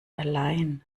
allein